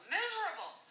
miserable